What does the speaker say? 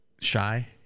shy